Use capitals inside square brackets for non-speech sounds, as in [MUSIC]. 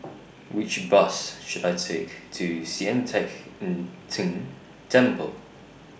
Which Bus should I Take to Sian Teck [HESITATION] Tng Temple